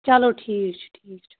چلو ٹھیٖک چھُ ٹھیٖک چھُ